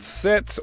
set